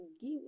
give